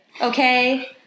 Okay